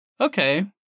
okay